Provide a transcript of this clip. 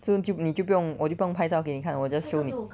soon 就你就不用我就不用拍照给你看我 just show 你